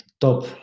top